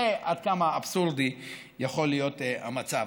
זה עד כמה אבסורדי יכול להיות המצב,